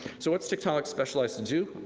so what's tiktaalik specialized to do?